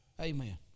Amen